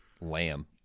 lamb